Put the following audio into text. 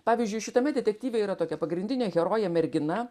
pavyzdžiui šitame detektyve yra tokia pagrindinė herojė mergina